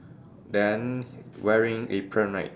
then wearing apron right